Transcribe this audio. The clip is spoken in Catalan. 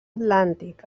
atlàntic